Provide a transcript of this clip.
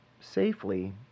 safely